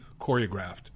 choreographed